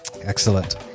excellent